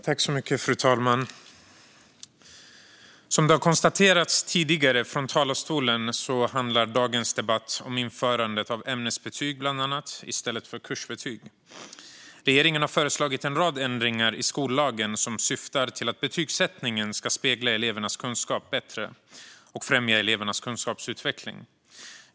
Fru talman! Som det har konstaterats tidigare från talarstolen handlar dagens debatt bland annat om införandet av ämnesbetyg i stället för kursbetyg. Regeringen har föreslagit en rad ändringar i skollagen som syftar till att betygsättningen ska spegla elevernas kunskap bättre och främja elevernas kunskapsutveckling.